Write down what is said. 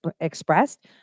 expressed